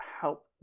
help